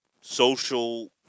social